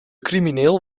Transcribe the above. crimineel